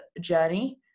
journey